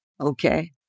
okay